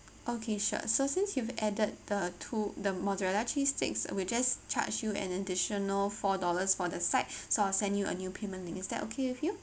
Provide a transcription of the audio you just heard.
okay sure so since you've added the two the mozzarella cheese sticks will just charge you additional four dollars for the side so I'll send you a new payment is that okay with you